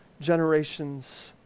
generations